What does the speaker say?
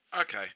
Okay